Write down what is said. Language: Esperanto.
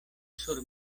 sur